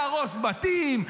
להרוס בתים,